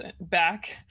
Back